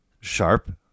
sharp